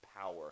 power